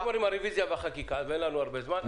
אני רוצה לגמור עם הרביזיה והחקיקה ואין לנו הרבה זמן.